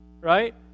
Right